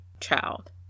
child